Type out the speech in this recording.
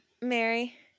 Mary